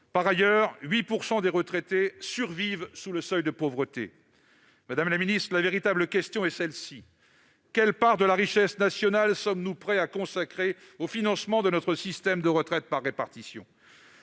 Par ailleurs, 8 % des retraités survivent sous le seuil de pauvreté. Madame la ministre, la véritable question est celle-ci : quelle part de la richesse nationale sommes-nous prêts à consacrer au financement de notre système de retraite par répartition.